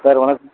sir வணக்கம்